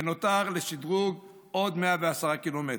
ונותרו לשדרוג עוד 110 קילומטר.